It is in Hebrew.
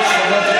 שקרן.